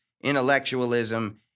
intellectualism